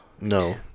No